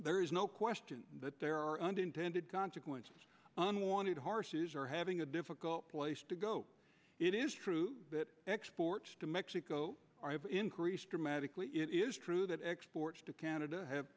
there is no question that there are unintended consequence unwanted horses are having a difficult place to go it is true that exports to mexico have increased dramatically it is true that exports to canada